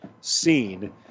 seen